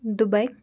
Dubai